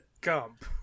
Gump